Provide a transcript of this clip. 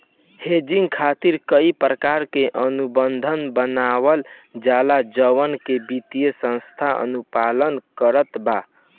hedging खातिर कई प्रकार के अनुबंध बनावल जाला जवना के वित्तीय संस्था अनुपालन करत बा